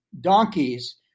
donkeys